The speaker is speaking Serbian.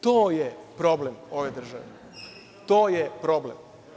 To je problem ove države, to je problem.